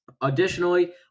Additionally